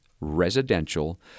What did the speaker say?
residential